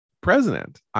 President